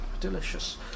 Delicious